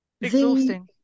Exhausting